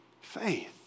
faith